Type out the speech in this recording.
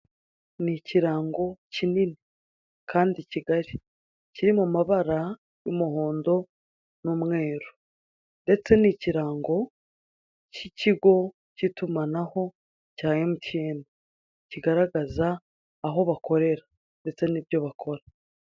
Ni ikirango kinini kandi kigari, kiri mumabara y'umuhondo n'umweru, ndetse ni ikirango k'ikigo k'itumanaho cya Emutiyeni, kigaragaza aho bakorera ndetse n'ibyo bakora.